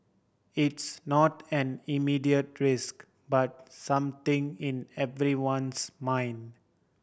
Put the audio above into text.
it's not an immediate risk but something in everyone's mind